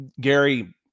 Gary